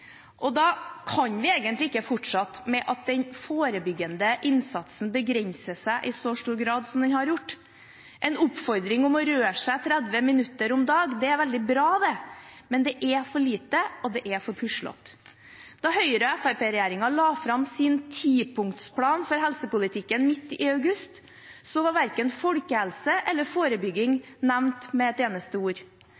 brytes. Da kan vi egentlig ikke fortsette med at den forebyggende innsatsen begrenser seg i så stor grad som den har gjort. En oppfordring om å røre seg 30 minutter om dagen er veldig bra, men det er for lite, og det er for puslete. Da Høyre–Fremskrittsparti-regjeringen la fram sin tipunktsplan for helsepolitikken midt i august, var verken folkehelse eller forebygging